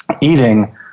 eating